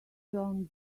john